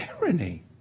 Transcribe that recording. tyranny